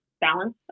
balance